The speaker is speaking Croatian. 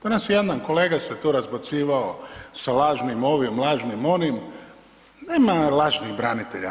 Danas se jedan kolega tu razbacivao sa lažnim ovim, lažnim onim, nema lažnih branitelja.